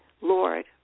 Lord